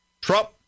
Trump